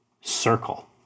circle